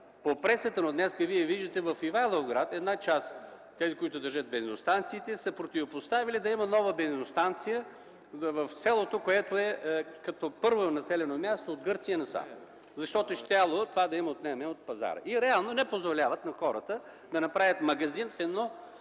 по пресата, но днес Вие виждате в Ивайловград една част, тези, които държат бензиностанциите, са се противопоставили да има нова бензиностанция в селото, което е като първо населено място от Гърция насам. Защото щяло това да им отнеме от пазара. Реално не позволяват на хората да направят магазин в едно